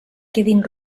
quedin